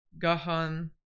Gahan